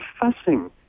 confessing